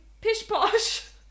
pish-posh